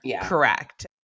Correct